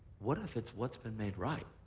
what if it's what's been made right?